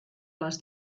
les